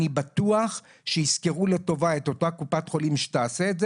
אני בטוח שיזכרו לטובה את אותה קופת חולים שתעשה את זה